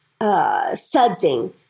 sudsing